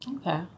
Okay